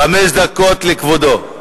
חמש דקות לכבודו.